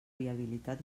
viabilitat